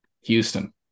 Houston